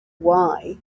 why